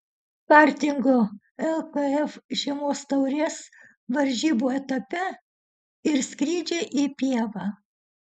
kartingo lkf žiemos taurės varžybų etape ir skrydžiai į pievą